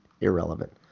irrelevant